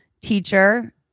teacher